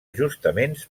ajustaments